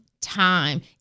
time